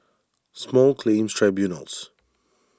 Small Claims Tribunals